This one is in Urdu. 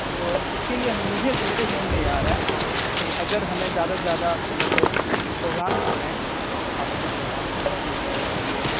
تو اس کے لیے ہم مجھے میرے ذہن میں یہ آ رہا ہے کہ اگر ہمیں زیادہ سے زیادہ مطلب جو پروگرامس ہو رہے ہیں ثقافتی پروگرام جو بزم وغیرہ ہو رہی ہے